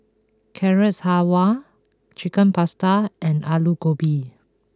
Carrot Halwa Chicken Pasta and Alu Gobi